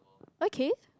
okay